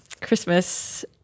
Christmas